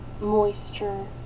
moisture